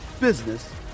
business